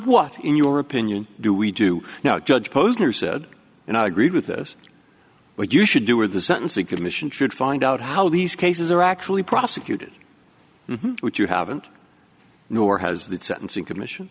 what in your opinion do we do now judge posner said and i agreed with this what you should do or the sentencing commission should find out how these cases are actually prosecuted which you haven't nor has the sentencing commission